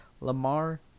Lamar